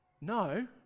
No